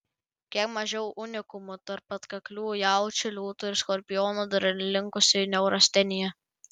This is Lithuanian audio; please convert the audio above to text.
kiek mažiau unikumų tarp atkaklių jaučių liūtų ir skorpionų dar ir linkusių į neurasteniją